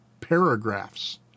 paragraphs